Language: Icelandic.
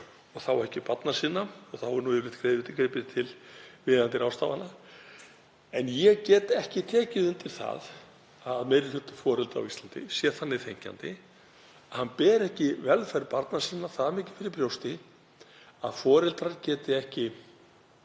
og þá ekki barna sinna og þá er yfirleitt gripið til viðeigandi ráðstafana, en ég get ekki tekið undir það að meiri hluti foreldra á Íslandi sé þannig þenkjandi að hann beri ekki velferð barna sinna það mikið fyrir brjósti að hann geti ekki